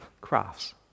crafts